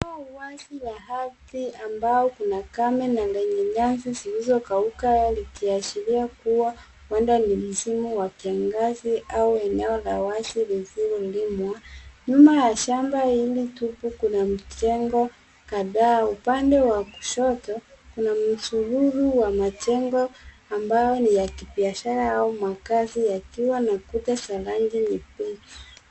Uwazi wa ardhi kame na lenye nyasi zilizokauka likiashiria kuwa huenda ni msimu wa kiangazi au eneo la wazi lisilolimwa. Nyuma ya shamba hili tupu kuna mjengo kadhaa. Upande wa kushoto kuna msururu wa majengo ambayo ni ya kibiashara au makazi yakiwa na kuta za rangi nyekundu.